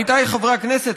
עמיתיי חברי הכנסת,